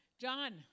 John